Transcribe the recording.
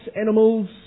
animals